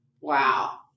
Wow